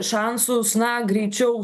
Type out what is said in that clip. šansus na greičiau